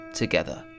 together